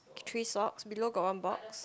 three socks below got one box